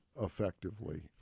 effectively